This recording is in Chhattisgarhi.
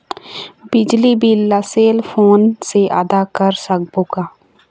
बिजली बिल ला सेल फोन से आदा कर सकबो का?